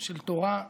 של תורה,